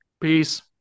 Peace